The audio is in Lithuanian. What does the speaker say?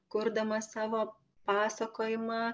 kurdamas savo pasakojimą